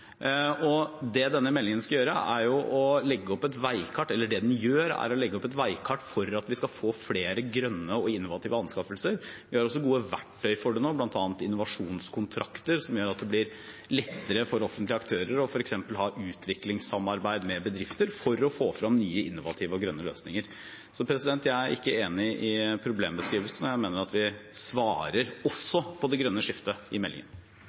Det denne meldingen gjør, er å legge opp et veikart for at vi skal få flere grønne og innovative anskaffelser. Vi har også gode verktøy for det nå, bl.a. innovasjonskontrakter som gjør at det blir lettere for offentlige aktører f.eks. å ha utviklingssamarbeid med bedrifter for å få frem nye innovative og grønne løsninger. Så jeg er ikke enig i problembeskrivelsen, og jeg mener at vi svarer også på det grønne skiftet i meldingen.